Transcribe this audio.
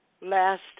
last